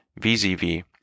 VZV